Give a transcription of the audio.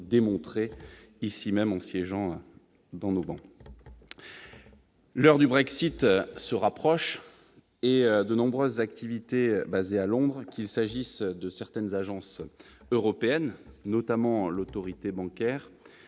ardent défenseur des territoires. L'heure du Brexit se rapproche, et de nombreuses activités basées à Londres, qu'il s'agisse de certaines agences européennes- notamment l'Autorité bancaire